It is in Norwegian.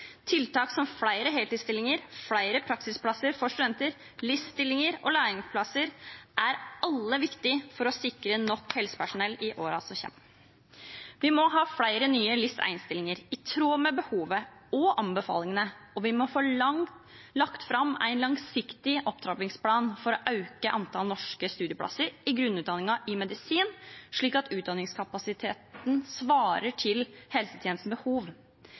Tiltak som flere heltidsstillinger, flere praksisplasser for studenter, LIS1-stillinger og læreplasser er alle viktige for å sikre nok helsepersonell i årene som kommer. Vi må ha flere nye LIS1-stillinger, i tråd med behovet – og anbefalingene – og vi må få lagt fram en langsiktig opptrappingsplan for å øke antallet norske studieplasser i grunnutdanningen i medisin, slik at utdanningskapasiteten svarer til helsetjenestens behov.